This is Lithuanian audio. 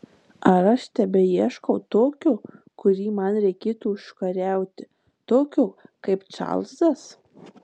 ar aš tebeieškau tokio kurį man reikėtų užkariauti tokio kaip čarlzas